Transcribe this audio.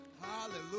Hallelujah